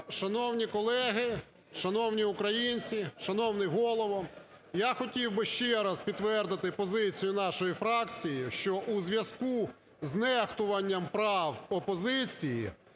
Шановні колеги, шановні українці, шановний Голово! Я хотів би ще раз підтвердити позицію нашої фракції, що у зв'язку з нехтуванням прав опозиції,